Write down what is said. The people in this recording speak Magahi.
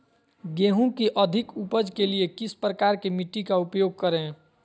गेंहू की अधिक उपज के लिए किस प्रकार की मिट्टी का उपयोग करे?